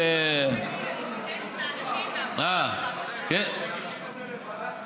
מגישים את זה לוועדת שרים,